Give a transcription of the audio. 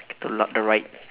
K the left the right